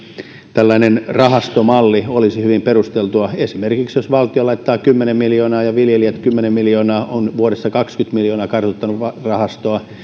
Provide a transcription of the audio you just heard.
tällainen rahastomalli olisi hyvin perusteltua esimerkiksi jos valtio laittaa kymmenen miljoonaa ja viljelijät kymmenen miljoonaa on vuodessa kaksikymmentä miljoonaa kartutettu rahastoa